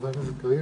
חבר הכנסת קריב?